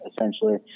essentially